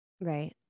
Right